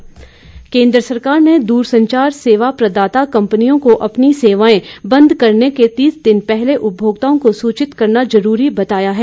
दूरसंचार केंद्र सरकार ने दूरसंचार सेवा प्रदाता कंपनियों को अपनी सेवाएं बंद करने से तीस दिन पहले उपभोक्ताओं को सूचित करना जरूरी बताया है